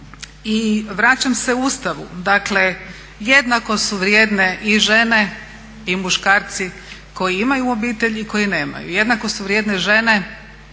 I vraćam se Ustavu, dakle jednako su vrijedne i žene i muškarci koji imaju obitelj i koji nemaju. Jednako su vrijedne žene